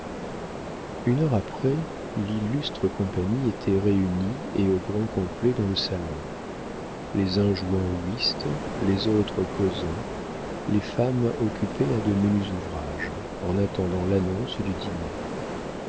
une heure après l'illustre compagnie était réunie et au grand complet dans le salon les uns jouant au whist les autres causant les femmes occupées à de menus ouvrages en attendant l'annonce du dîner